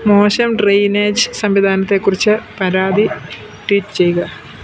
മോശം ഡ്രേയ്നേജ് സംവിധാനത്തെ കുറിച്ചു പരാതി ട്വീറ്റ് ചെയ്യുക